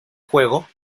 juego